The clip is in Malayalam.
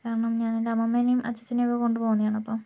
കാരണം ഞാൻ എൻ്റെ അമ്മമ്മേനേയും അച്ഛച്ചനെയൊക്കെ കൊണ്ടുപോകുന്നെയാണ് അപ്പോൾ